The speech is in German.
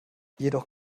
jedoch